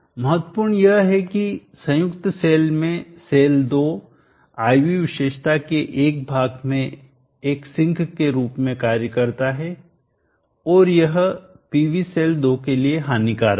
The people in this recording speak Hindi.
महत्वपूर्ण यह है की संयुक्त सेल में सेल 2 I V विशेषता के एक भाग में एक सिंक के रूप में कार्य करता है और यह पीवी सेल 2 के लिए हानिकारक है